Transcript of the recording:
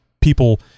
people